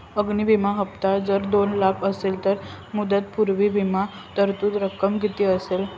अग्नि विमा हफ्ता जर दोन लाख असेल तर मुदतपूर्व विमा तरतूद रक्कम किती असेल?